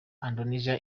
indonesia